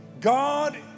God